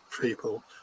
people